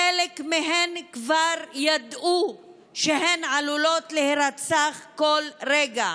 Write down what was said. חלק מהן כבר ידעו שהן עלולות להירצח כל רגע.